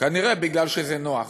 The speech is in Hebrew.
כנראה כי זה נוח,